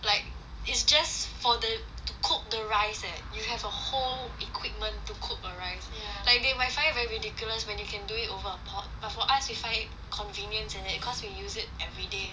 is just for the to cook the rice eh you have a whole equipment to cook a rice like they might find it very ridiculous when they can do it over a pot but for us we find it convenience in it cause we use it every day